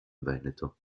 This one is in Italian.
veneto